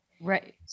Right